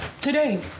today